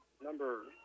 number